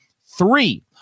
three